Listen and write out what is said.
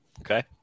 okay